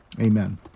Amen